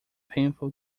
painful